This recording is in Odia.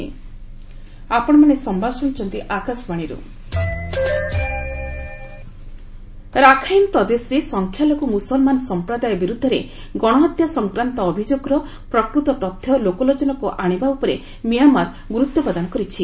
ମିଆଁମାର ରୋହିଙ୍ଗିଆ ରାଖାଇନ୍ ପ୍ରଦେଶରେ ସଂଖ୍ୟାଲଘୁ ମୁସଲମାନ ସଂପ୍ରଦାୟ ବିରୁଦ୍ଧରେ ଗଣହତ୍ୟା ସଂକ୍ରାନ୍ତ ଅଭିଯୋଗର ପ୍ରକୃତ ତଥ୍ୟ ଲୋକଲୋଚନକୁ ଆଶିବା ଉପରେ ମିଆଁମାର ଗୁରୁତ୍ୱପ୍ରଦାନ କରିଛି